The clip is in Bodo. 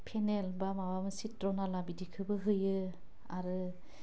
फेनेल बा माबा मोनसे सिथ्रनाला बिदिखोबो होयो आरो